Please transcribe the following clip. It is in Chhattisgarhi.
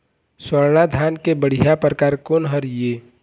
स्वर्णा धान के बढ़िया परकार कोन हर ये?